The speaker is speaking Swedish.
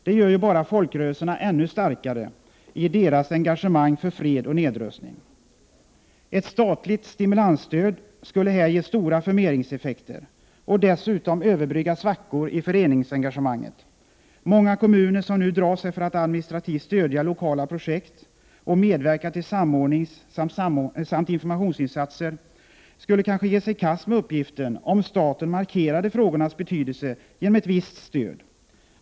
De gör ju bara folkrörelserna ännu starkare i deras engagemang för fred och nedrustning. Ett statligt stimulansstöd skulle här ge stor förmeringseffekt och dessutom överbrygga svackor i föreningsengagemanget. Många kommuner som nu drar sig för att administrativt stödja lokala projekt och medverka till samordningssamt informationsinsatser skulle kanske ge sig i kast med uppgiften, om staten markerade frågornas betydelse genom ett visst stöd.